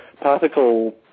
particle